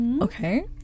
Okay